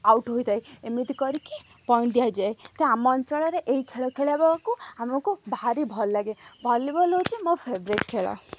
out ହୋଇଥାଏ ଏମିତି କରିକି ପଏଣ୍ଟ୍ ଦିଆଯାଏ ତ ଆମ ଅଞ୍ଚଳରେ ଏହି ଖେଳ ଖେଳିବା ବେଳକୁ ଆମକୁ ଭାରି ଭଲ ଲାଗେ ଭଲିବଲ୍ ହେଉଛି ମୋ ଫେଭରାଇଟ୍ ଖେଳ